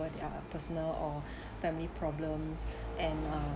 over their personal or family problems and uh